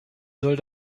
soll